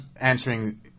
answering